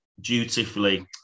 dutifully